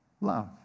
Love